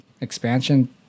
expansion